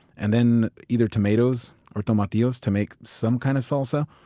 and then either tomatoes or tomatillos to make some kind of salsa.